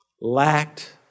lacked